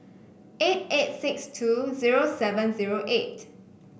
eight eight six two zero seven zero eight